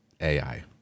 AI